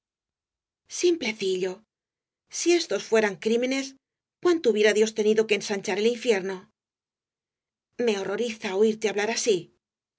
simplecillo si estos fueran crímenes cuánto hubiera tenido dios que ensanchar el infierno me horroriza oirte hablar así por